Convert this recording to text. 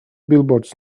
billboards